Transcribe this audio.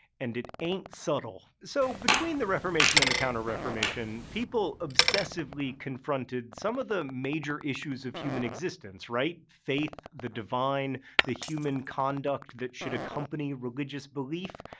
and it ain't subtle. so, between the reformation and the counter-reformation, people obsessively confronted some of the major issues of human existence, right? faith, the divine, and the human conduct that should accompany religious belief,